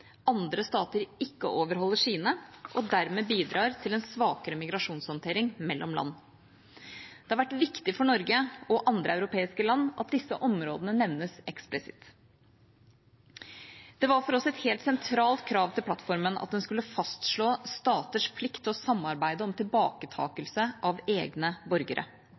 andre stater ikke overholder sine og dermed bidrar til en svakere migrasjonshåndtering mellom land. Det har vært viktig for Norge og andre europeiske land at disse områdene nevnes eksplisitt. Det var for oss et helt sentralt krav til plattformen at den skulle fastslå staters plikt til å samarbeide om tilbaketakelse av egne borgere.